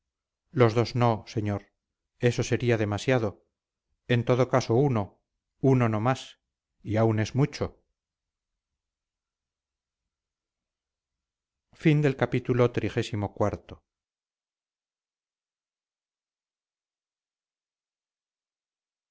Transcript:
los dos no señor eso sería demasiado en todo caso uno uno no más y aún es mucho